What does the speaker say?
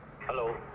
Hello